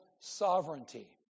sovereignty